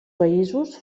països